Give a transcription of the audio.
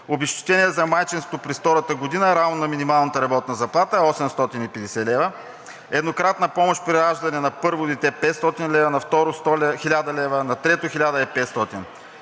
обезщетение за майчинство през втората година равно на минималната работна заплата 850 лв.; еднократна помощ при раждане на първо дете 500 лв., на второ – 1000 лв., на трето – 1500 лв.;